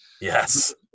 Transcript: Yes